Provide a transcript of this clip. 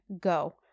Go